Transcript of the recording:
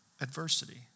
adversity